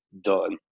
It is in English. done